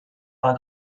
par